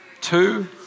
Two